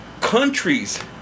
countries